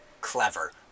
Clever